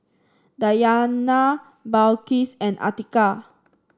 Dayana Balqis and Atiqah